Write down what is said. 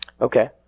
okay